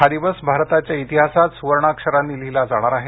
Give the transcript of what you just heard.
हा दिवस भारताच्या इतिहासात सुवर्णाक्षरांनी लिहिला जाणार आहे